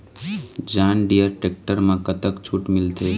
John Deere tractor म कतक छूट मिलथे?